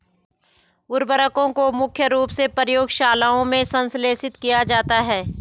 उर्वरकों को मुख्य रूप से प्रयोगशालाओं में संश्लेषित किया जाता है